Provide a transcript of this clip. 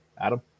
Adam